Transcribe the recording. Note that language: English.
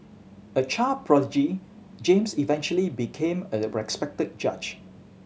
a child prodigy James eventually became a respected judge